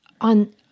on